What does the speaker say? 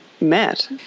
met